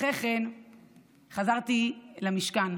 אחרי כן חזרתי למשכן,